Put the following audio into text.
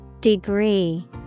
Degree